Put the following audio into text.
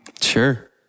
Sure